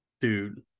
dude